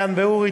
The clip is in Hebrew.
מעיין ואורי,